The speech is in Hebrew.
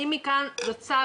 מכאן אני רוצה